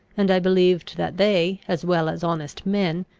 and i believed that they, as well as honest men,